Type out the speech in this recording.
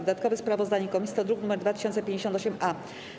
Dodatkowe sprawozdanie komisji to druk nr 2058-A.